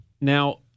Now